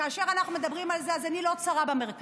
כאשר אנחנו מדברים על זה, אז עיני לא צרה במרכז.